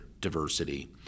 diversity